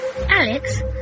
Alex